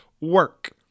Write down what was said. work